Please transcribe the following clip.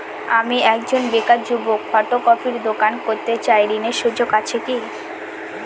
আমি একজন বেকার যুবক ফটোকপির দোকান করতে চাই ঋণের সুযোগ আছে কি?